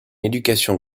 éducation